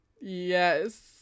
Yes